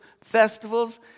festivals